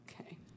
Okay